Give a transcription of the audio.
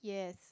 yes